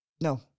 No